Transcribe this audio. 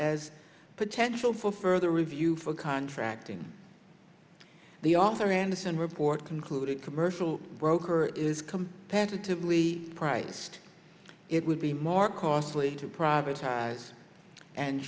as potential for further review for contracting the author andersen report concluded commercial broker is competitively priced it would be more costly to privatized and